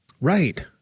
Right